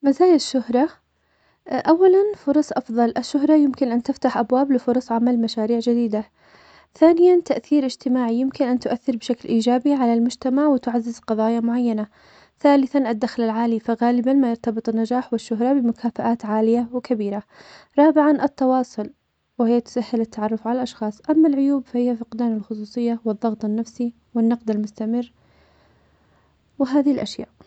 مزايا الشهرة, أولاً فرص أفضل, الشهرة يمكن أن تفتح أبواب لفرص عمل مشاريع جديدة, ثانياً تأثير إجتماعي, يمكن أن تؤثر بشكل إيجابي على المجتمع, وتعزز قضايا معينة, ثالثاً, الدخل العالي, فغالباً ما يرتبط النجاح والشهرة بمكافآت عالية وكبيرة, رابعاً, التواصل, وهي تسهل التعرف على الأشخاص, أما العيوب فهي فقدان الخصوصية, والضغط النفسي, والنقد المستمر, وهذه الأشياء.